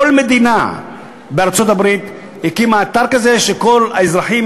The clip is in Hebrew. כל מדינה בארצות-הברית הקימה אתר כזה שכל האזרחים